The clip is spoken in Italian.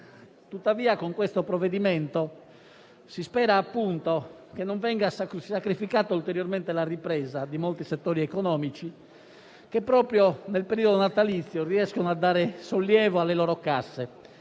Tuttavia, con questo provvedimento, si spera che non venga sacrificata ulteriormente la ripresa di molti settori economici, che proprio nel periodo natalizio riescono a dare sollievo alle loro casse,